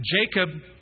Jacob